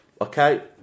Okay